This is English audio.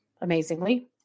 amazingly